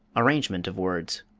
arrangement of words